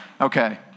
Okay